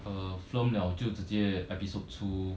uh film liao 就直接 episode 出